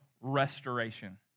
restoration